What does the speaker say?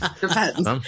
Depends